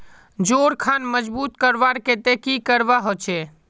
जोड़ खान मजबूत करवार केते की करवा होचए?